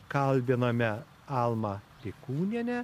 kalbiname almą pikūnienę